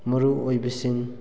ꯃꯔꯨ ꯑꯣꯏꯕꯁꯤꯡ